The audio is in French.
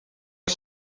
que